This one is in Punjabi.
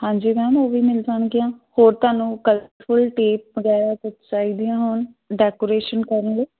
ਹਾਂਜੀ ਮੈਮ ਉਹ ਵੀ ਮਿਲ ਜਾਣਗੀਆਂ ਹੋਰ ਤੁਹਾਨੂੰ ਕਲਰਫੁੱਲ ਟੇਪ ਵਗੈਰਾ ਕੁਛ ਚਾਹੀਦੀਆਂ ਹੋਣ ਡੈਕੋਰੇਸ਼ਨ ਕਰਨ ਲਈ